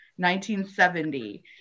1970